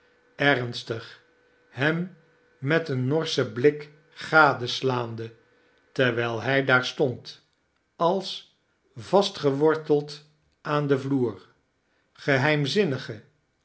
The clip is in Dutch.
ernstig hem met een norschen blik gadeslaande terwijl hij daar stond als vastgeworteld aan den vloer geheimzinnige